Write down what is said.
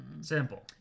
Simple